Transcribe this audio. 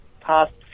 past